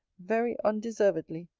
very undeservedly,